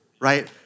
right